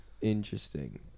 interesting